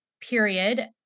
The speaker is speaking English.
period